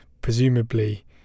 presumably